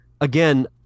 again